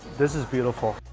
this is beautiful